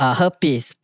herpes